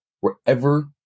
wherever